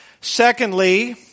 Secondly